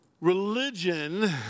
religion